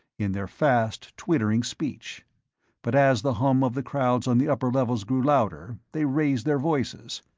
in their fast twittering speech but as the hum of the crowds on the upper levels grew louder, they raised their voices,